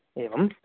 एवं